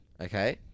Okay